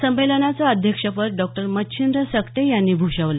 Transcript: संमेलनाचं अध्यक्षपद डॉक्टर मच्छिंद्र सकटे यांनी भूषवलं